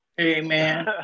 Amen